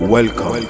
Welcome